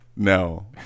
No